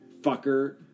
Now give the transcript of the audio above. Fucker